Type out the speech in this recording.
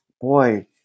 boy